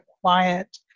quiet